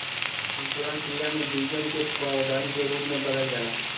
अंकुरण क्रिया में बीजन के पौधन के रूप में बदल जाला